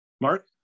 Mark